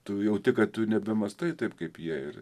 tu jauti kad tu nebemąstai taip kaip jie ir